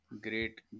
Great